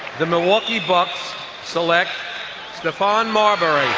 the milwaukee bucks select stephon marbury